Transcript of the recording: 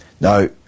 Now